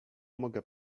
mogę